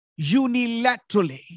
unilaterally